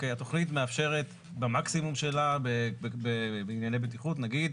התכנית מאפשרת במקסימום שלה בענייני בטיחות נגיד